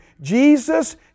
Jesus